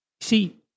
See